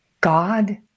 God